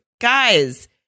Guys